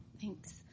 Thanks